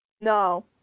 No